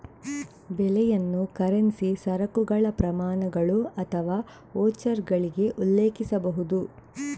ಬೆಲೆಯನ್ನು ಕರೆನ್ಸಿ, ಸರಕುಗಳ ಪ್ರಮಾಣಗಳು ಅಥವಾ ವೋಚರ್ಗಳಿಗೆ ಉಲ್ಲೇಖಿಸಬಹುದು